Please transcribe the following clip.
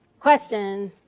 question.